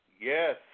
Yes